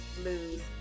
lose